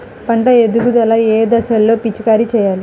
పంట ఎదుగుదల ఏ దశలో పిచికారీ చేయాలి?